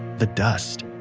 the dust,